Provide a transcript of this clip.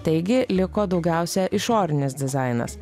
taigi liko daugiausia išorinis dizainas